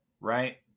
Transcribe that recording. Right